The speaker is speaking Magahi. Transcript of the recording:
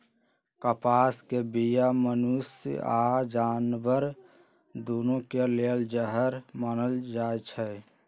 कपास के बीया मनुष्य आऽ जानवर दुन्नों के लेल जहर मानल जाई छै